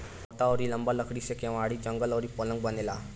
मोट अउरी लंबा लकड़ी से केवाड़ी, जंगला अउरी पलंग बनेला